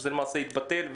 שלמעשה התבטל,